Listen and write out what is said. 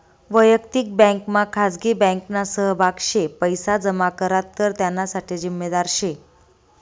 वयक्तिक बँकमा खाजगी बँकना सहभाग शे पैसा जमा करात तर त्याना साठे जिम्मेदार शे